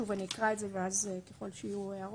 אני אקרא ואז ככל שיהיו הערות.